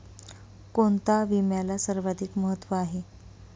कोणता विम्याला सर्वाधिक महत्व आहे?